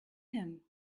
him